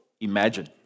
imagine